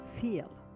feel